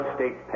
State